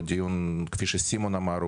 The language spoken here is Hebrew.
הוא דיון כפי שסימון אמר,